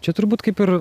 čia turbūt kaip ir